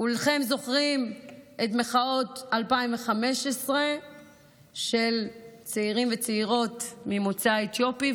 כולכם זוכרים את מחאות 2015 של צעירים וצעירות ממוצא אתיופי,